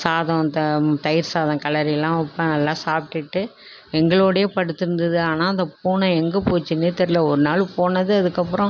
சாதம் த தயிர் சாதம் கிளரிலாம் வைப்பேன் நல்லா சாப்பிடுட்டு எங்களோடையே படுத்திருந்தது ஆனால் அந்த பூனை எங்கே போச்சுன்னே தெர்லை ஒரு நாள் போனது அதுக்கப்புறம்